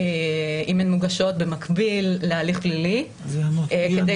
אם הן מוגשות במקביל להליך פלילי כדי